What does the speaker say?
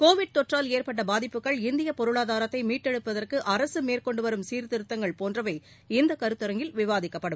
Covid தொற்றால் ஏற்பட்ட பாதிப்புகள் இந்திய பொருளாதாரத்தை மீட்டெடுப்பதற்கு அரசு மேற்கொண்டு வரும் சீர்திருத்தங்கள் போன்றவை இந்த கருத்தரங்கில் விவாதிக்கப்படும்